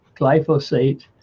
glyphosate